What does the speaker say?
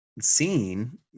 seen